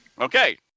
okay